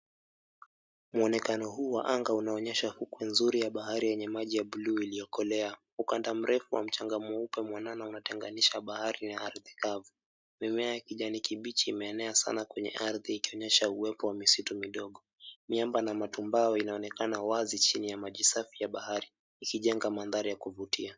Muonekano huu wa anga unaonyesha fukwe nzuri ya bahari yenye maji ya bluu iliyokolea, ukanda mrefu wa mchanga mweupe mwanana unatenganisha bahari na ardhi kavu, mimea ya kijani kibichi imeenea sana kwenye ardhi ikuonyesha uwepo wa misitu midogo, miamba na matumbao inaonekana wazi chini ya maji safi ya bahari, ikijenga maandhari safi ya kuvutia.